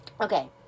Okay